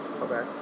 Okay